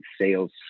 sales